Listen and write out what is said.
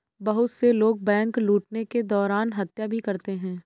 बहुत से लोग बैंक लूटने के दौरान हत्या भी करते हैं